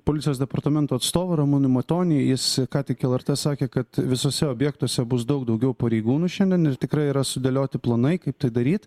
policijos departamento atstovą ramūną matonio jis ką tik lrt sakė kad visuose objektuose bus daug daugiau pareigūnų šiandien ir tikrai yra sudėlioti planai kaip tai daryt